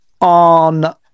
on